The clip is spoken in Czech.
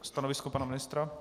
Stanovisko pana ministra?